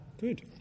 Good